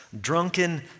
drunken